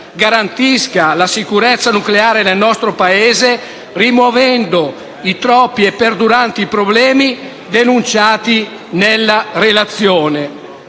garantisca la sicurezza nucleare del nostro Paese rimuovendo i troppi e perduranti problemi denunciati nella relazione.